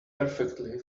perfectly